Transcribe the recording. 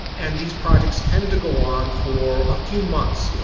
and these projects tend to go on for a few months. you know